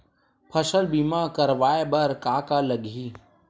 फसल बीमा करवाय बर का का लगही?